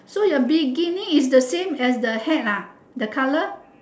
so your bikini is the same as the hat ah the colour